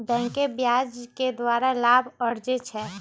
बैंके ब्याज के द्वारा लाभ अरजै छै